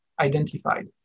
identified